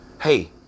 Hey